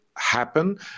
happen